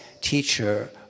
teacher